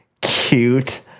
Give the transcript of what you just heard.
cute